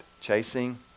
Chasing